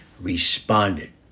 responded